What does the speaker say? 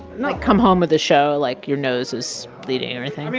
like, come home with the show. like, your nose is bleeding, everything i mean,